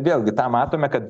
vėlgi tą matome kad